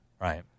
Right